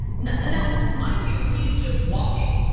now mind you, he's just walking,